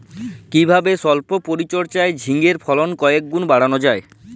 কিভাবে সল্প পরিচর্যায় ঝিঙ্গের ফলন কয়েক গুণ বাড়ানো যায়?